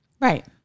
right